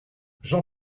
jean